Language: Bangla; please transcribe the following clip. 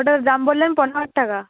ওটার দাম বললেন পনেরো হাজার টাকা